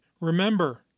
remember